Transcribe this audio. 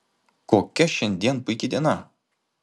kokia šiandien puiki diena